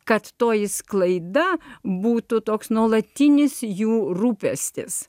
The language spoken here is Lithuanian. kad toji sklaida būtų toks nuolatinis jų rūpestis